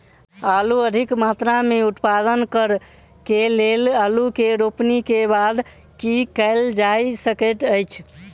आलु अधिक मात्रा मे उत्पादन करऽ केँ लेल आलु केँ रोपनी केँ बाद की केँ कैल जाय सकैत अछि?